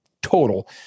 total